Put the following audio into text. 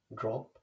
drop